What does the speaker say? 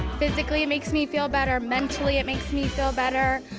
physically, it makes me feel better. mentally it makes me feel better.